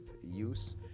use